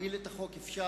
להפיל את החוק אפשר,